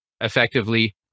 effectively